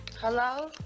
Hello